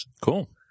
Cool